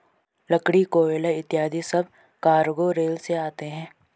लकड़ी, कोयला इत्यादि सब कार्गो रेल से आते हैं